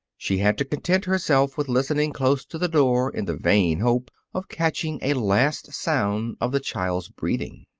she had to content herself with listening close to the door in the vain hope of catching a last sound of the child's breathing.